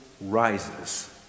rises